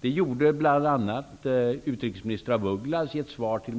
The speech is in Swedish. Det gjorde bl.a. utrikesminister af Ugglas i ett svar till